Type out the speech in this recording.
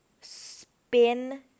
spin